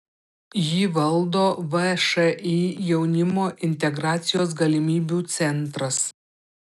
jį valdo všį jaunimo integracijos galimybių centras